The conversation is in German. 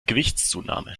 gewichtszunahme